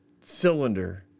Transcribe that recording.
cylinder